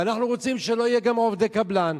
ואנחנו רוצים שגם לא יהיו עובדי קבלן.